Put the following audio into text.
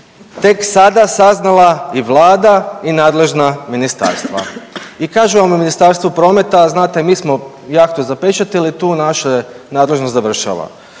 tek sada saznala i Vlada i nadležna ministarstva. I kažu nam u Ministarstvu prometa znate mi smo jahtu zapečatili tu naša nadležnost završava.